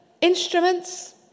instruments